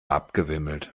abgewimmelt